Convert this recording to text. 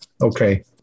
Okay